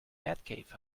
batcave